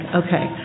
okay